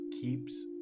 keeps